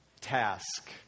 task